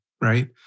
right